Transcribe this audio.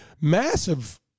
massive